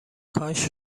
کاش